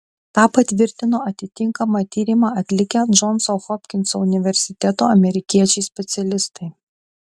tą patvirtino atitinkamą tyrimą atlikę džonso hopkinso universiteto amerikiečiai specialistai